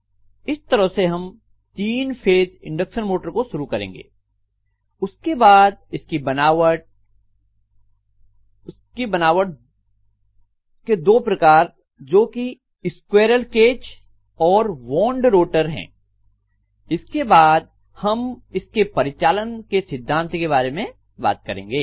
इस तरह से हम 3 फेज इंडक्शन मोटर को शुरू करेंगे उसके बाद इसकी बनावट उसकी बनावट के दो प्रकार जो कि स्क्विरल केज और वांड रोटर हैं उसके बाद हम इसके परिचालन के सिद्धांत के बारे में बात करेंगे